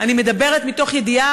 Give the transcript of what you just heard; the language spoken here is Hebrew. אני מדברת מתוך ידיעה,